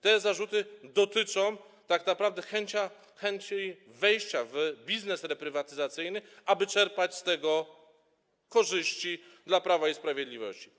Te zarzuty dotyczą tak naprawdę chęci wejścia w biznes reprywatyzacyjny, aby czerpać z tego korzyści dla Prawa i Sprawiedliwości.